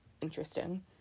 interesting